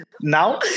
Now